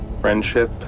friendship